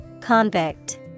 Convict